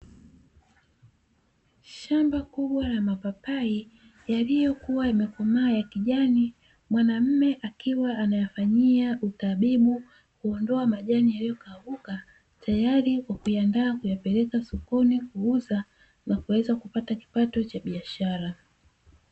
Shamba kubwa la mapapai yaliyokuwa yamekomaa ya kijani, mwanaume akiwa anayafanyia utabibu kundoa majani yaliyokauka, tayari kwa kuyandaa kuyapeleka sokoni kuuza na kuweza kupata kipato cha biashara.